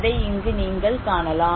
அதை இங்கு நீங்கள் காணலாம்